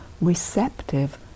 receptive